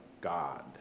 God